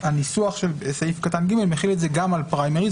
שהניסוח של סעיף קטן (ג) מחיל את זה גם על פריימריז,